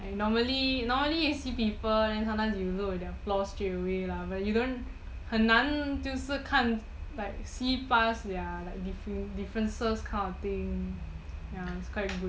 like normally normally you see people then sometimes you look at their flaws straightaway lah but then you don't 很难就是看 like see past their like differences differences this kind of thing ya is quite good